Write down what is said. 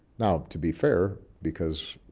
now to be fair, because,